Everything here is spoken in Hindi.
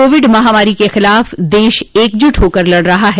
कोविड महामारी के खिलाफ देश एकजुट होकर लड़ रहा है